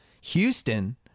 Houston